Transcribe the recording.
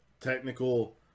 technical